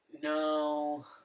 No